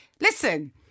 listen